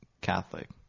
Catholic